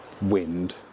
wind